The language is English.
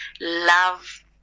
love